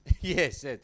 yes